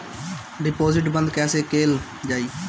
Deposit बंद कैसे कैल जाइ?